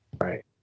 Right